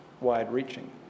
wide-reaching